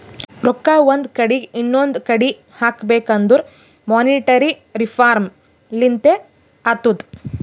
ರೊಕ್ಕಾ ಒಂದ್ ಕಡಿಂದ್ ಇನೊಂದು ಕಡಿ ಹೋಗ್ಬೇಕಂದುರ್ ಮೋನಿಟರಿ ರಿಫಾರ್ಮ್ ಲಿಂತೆ ಅತ್ತುದ್